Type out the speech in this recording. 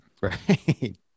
Right